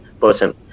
person